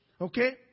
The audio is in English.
Okay